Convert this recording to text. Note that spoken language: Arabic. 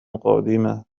قادمة